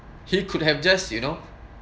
he could have just you know